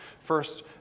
First